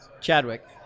Chadwick